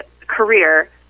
career